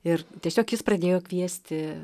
ir tiesiog jis pradėjo kviesti